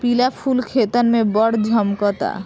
पिला फूल खेतन में बड़ झम्कता